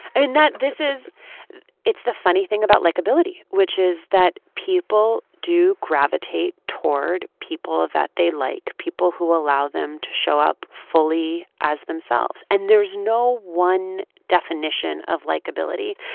i mean, that this is it's the funny thing about likeability, which is that people do gravitate toward people that they like, people who allow them to show up fully as themselves. and there's no one definition of likability.